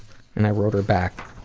and i wrote her back,